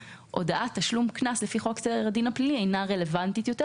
הודעת תשלום קנס לפי חוק סדר הדין הפלילי אינה רלוונטית יותר.